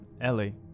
Ellie